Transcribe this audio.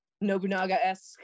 Nobunaga-esque